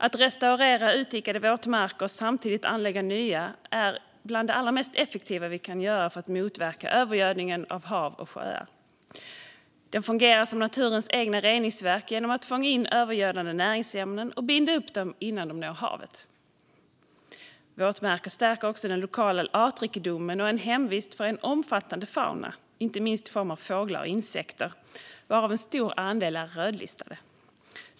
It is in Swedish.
Att restaurera utdikade våtmarker och samtidigt anlägga nya är bland det allra mest effektiva vi kan göra för att motverka övergödningen av hav och sjöar. De fungerar som naturens egna reningsverk genom att fånga in övergödande näringsämnen och binda upp dem innan de når havet. Våtmarker stärker också den lokala artrikedomen och är hemvist för en omfattande fauna, inte minst i form av fåglar och insekter, varav en stor andel är rödlistade.